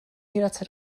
jederzeit